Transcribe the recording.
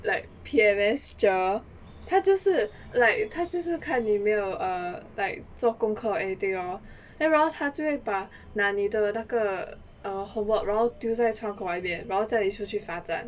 like P_M_S teacher 他就是 like 他就是看你没有 err like 做功课 or anything hor then 他就会把拿你的那个 err homework 然后丢在窗口外面然后叫你出去罚站